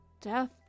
death